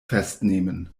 festnehmen